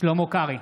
שלמה קרעי,